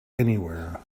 anywhere